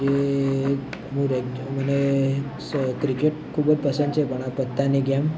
જે હું રધુને સ ક્રિકેટ ખૂબ જ પસંદ છે પણ આ પત્તાની ગેમ